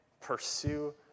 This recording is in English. Pursue